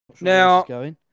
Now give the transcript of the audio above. Now